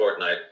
Fortnite